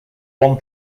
one